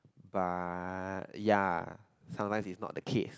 but ya sometimes it's not the case